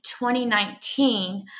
2019